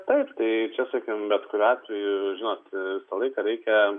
taip tai čia sakykim bet kuriuo atveju žinot visą laiką reikia